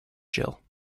jill